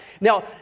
Now